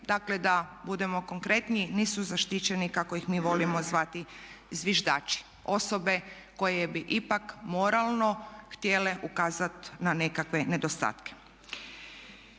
Dakle da budemo konkretniji nisu zaštićeni kako ih mi volimo zvati zviždači. Osobe koje bi ipak moralno htjele ukazati na nekakve nedostatke.